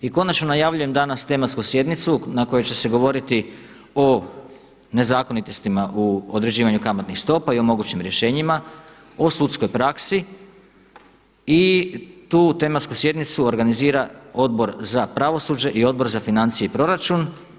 I konačno najavljujem danas tematsku sjednicu na kojoj će se govoriti o nezakonitostima u određivanju kamatnih stopa i o mogućim rješenjima, o sudskoj praksi i tu tematsku sjednicu organizira Odbor za pravosuđe i Odbor za financije i proračun.